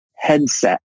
headset